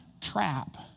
trap